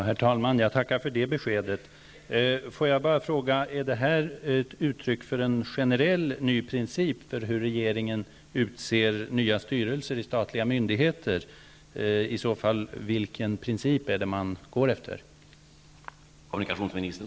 Herr talman! Jag tackar för det beskedet. Är detta ett uttryck för en ny generell princip för hur regeringen utser nya styrelser för statliga myndigheter? Vilken princip är det i så fall man går efter?